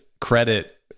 credit